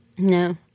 No